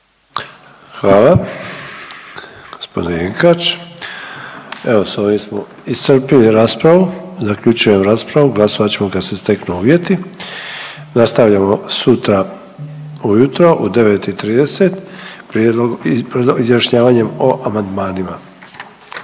Hvala g. Jenkač. Evo s ovim smo iscrpili raspravu. Zaključujem raspravu, glasovat ćemo kad se steknu uvjeti. Nastavljamo sutra ujutro u 9,30 izjašnjavanjem o amandmanima.